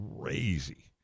crazy